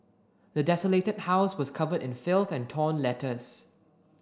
the desolated house was covered in filth and torn letters